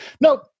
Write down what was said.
No